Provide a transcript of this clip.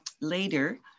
later